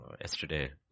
yesterday